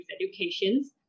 educations